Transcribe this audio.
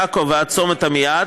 מעכו ועד צומת עמיעד,